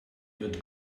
wird